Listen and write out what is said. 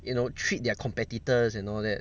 you know treat their competitors and all that